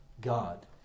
God